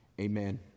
Amen